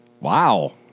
Wow